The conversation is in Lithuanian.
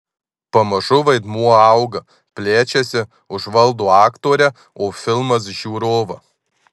pamažu vaidmuo auga plečiasi užvaldo aktorę o filmas žiūrovą